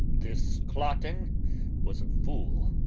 this cloten was a fool,